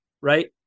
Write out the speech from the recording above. Right